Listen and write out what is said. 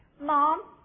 Mom